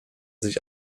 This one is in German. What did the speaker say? sich